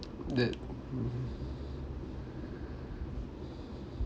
that mmhmm